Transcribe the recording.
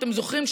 אתם זוכרים?